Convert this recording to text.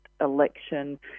election